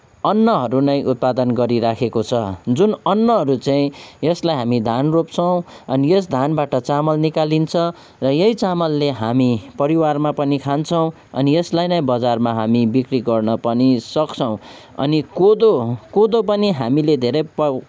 अन्नहरू नै उत्पादन गरिरहेको छ जुन अन्नहरू चाहिँ यसलाई हामी धान रोप्छौँ अनि यस धानबाट चामल निकालिन्छ र यही चामलले हामी परिवारमा पनि खान्छौँ अनि यसलाई नै बजारमा हामी बिक्री गर्न पनि सक्छौँ अनि कोदो कोदो पनि हामीले धेरै पाउ